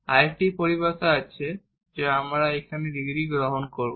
আরেকটি পরিভাষা আছে যার ডিগ্রী এখানে ব্যবহার করব